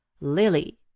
Lily